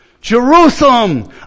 Jerusalem